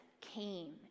came